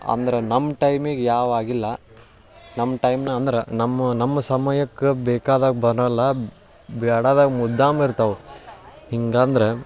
ಅಂದ್ರೆ ನಮ್ಮ ಟೈಮಿಗೆ ಯಾವಾಗಿಲ್ಲ ನಮ್ಮ ಟೈಮ್ನ ಅಂದ್ರೆ ನಮ್ಮ ನಮ್ಮ ಸಮಯಕ್ಕೆ ಬೇಕಾದಾಗ ಬರೋಲ್ಲ ಬೇಡಾದಾಗ ಮುದ್ದಾಂ ಇರ್ತವೆ ಹಿಂಗಂದ್ರೆ